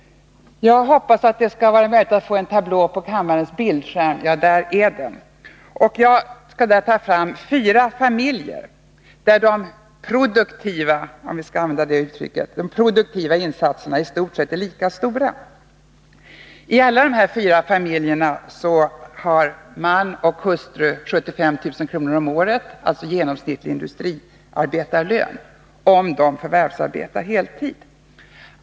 Jag skall visa detta med en tablå på kammarens bildskärm. Exemplen gäller fyra familjer, där de ”produktiva” insatserna i stort sett är lika stora. I alla fyra familjerna har man och hustru 75 000 kr. om året i inkomst — dvs. en genomsnittlig industriarbetarlön — om de förvärvsarbetar heltid.